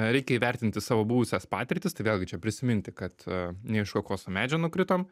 reikia įvertinti savo buvusias patirtis tai vėlgi čia prisiminti kad ne iš kokoso medžio nukritom